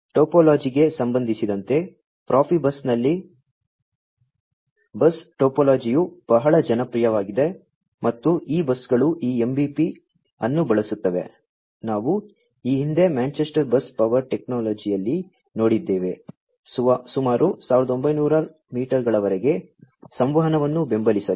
ಟೋಪೋಲಜಿಗೆ ಸಂಬಂಧಿಸಿದಂತೆ Profibus ನಲ್ಲಿ bus ಟೋಪೋಲಜಿಯು ಬಹಳ ಜನಪ್ರಿಯವಾಗಿದೆ ಮತ್ತು ಈ ಬಸ್ಗಳು ಈ MBP ಅನ್ನು ಬಳಸುತ್ತವೆ ನಾವು ಈ ಹಿಂದೆ ಮ್ಯಾಂಚೆಸ್ಟರ್ ಬಸ್ ಪವರ್ ಟೆಕ್ನಾಲಜಿಯಲ್ಲಿ ನೋಡಿದ್ದೇವೆ ಸುಮಾರು 1900 ಮೀಟರ್ಗಳವರೆಗೆ ಸಂವಹನವನ್ನು ಬೆಂಬಲಿಸಲು